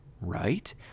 Right